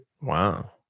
Wow